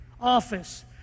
office